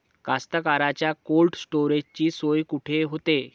कास्तकाराइच्या कोल्ड स्टोरेजची सोय कुटी होते?